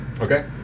Okay